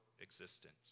existence